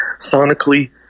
sonically